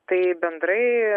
tai bendrai